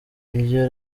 iryo